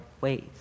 ways